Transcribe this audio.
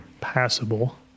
passable